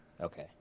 Okay